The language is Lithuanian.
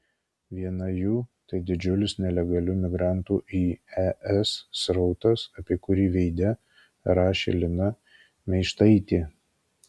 viena jų tai didžiulis nelegalių migrantų į es srautas apie kurį veide rašė lina meištaitė